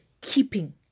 keeping